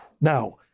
Now